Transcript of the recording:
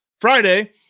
friday